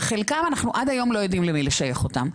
וחלקם אנחנו עד היום לא יודעים למי לשייך אותם.